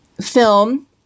Film